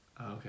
okay